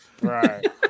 Right